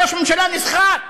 ראש ממשלה נסחט